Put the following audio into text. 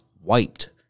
wiped